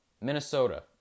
Minnesota